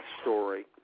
story